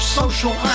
social